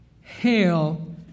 Hail